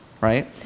right